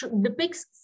depicts